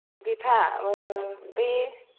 बिफा ओह बे